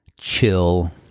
chill